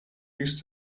use